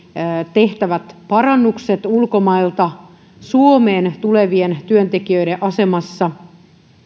tehtävät parannukset ulkomailta suomeen tulevien työntekijöiden asemassa